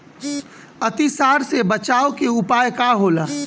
अतिसार से बचाव के उपाय का होला?